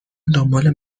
دنبال